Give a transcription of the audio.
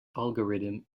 algorithm